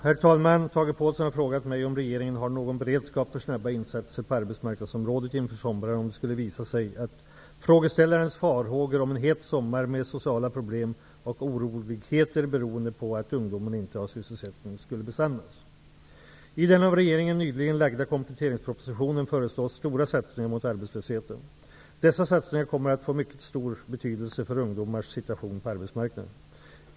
Herr talman! Tage Påhlsson har frågat mig om regeringen har någon beredskap för snabba insatser på arbetsmarknadsområdet inför sommaren, om det skulle visa sig att frågeställarens farhågor om en ''het sommar'' med sociala problem och oroligheter, beroende på att ungdomen inte har sysselsättning, skulle besannas. I den av regeringen nyligen lagda kompletteringspropositionen föreslås stora satsningar mot arbetslösheten. Dessa satsningar kommer att få mycket stor betydelse för ungdomarnas situation på arbetsmarknaden.